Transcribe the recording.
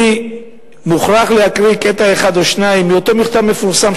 אני מוכרח להקריא קטע אחד או שניים מאותו מכתב מפורסם,